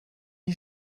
die